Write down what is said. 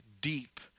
deep